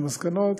והמסקנות,